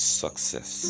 success